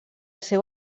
seu